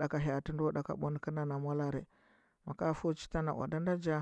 ɗaka hya ati ɗaka mbwa nɚkɚnda na molare maka feu cita na woda nda nja